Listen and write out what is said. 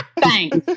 thanks